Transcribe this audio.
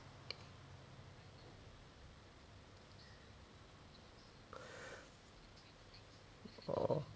oh